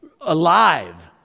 alive